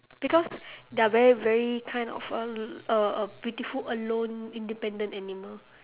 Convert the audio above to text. because they're very very kind of a a a beautiful alone independent animal